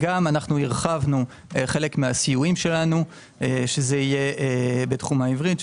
גם הרחבנו חלק מהסיורים שלנו שיהיה בתחום העברית,